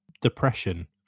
depression